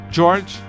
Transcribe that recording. George